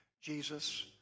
Jesus